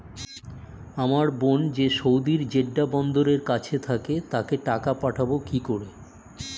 আমার বোন যে সৌদির জেড্ডা বন্দরের কাছে থাকে তাকে টাকা পাঠাবো কি করে?